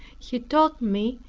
he told me,